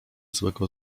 złego